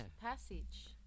passage